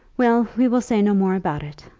well we will say no more about it.